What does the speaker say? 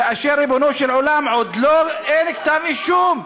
כאשר, ריבונו של עולם, עוד אין כתב אישום.